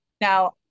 Now